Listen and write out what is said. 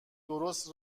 درست